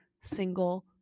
single